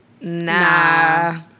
Nah